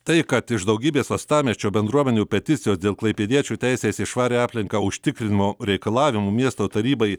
tai kad iš daugybės uostamiesčio bendruomenių peticijos dėl klaipėdiečių teisės į švarią aplinką užtikrinimo reikalavimų miesto tarybai